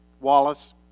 Wallace